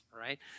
right